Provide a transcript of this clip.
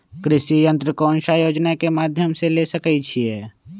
कृषि यंत्र कौन योजना के माध्यम से ले सकैछिए?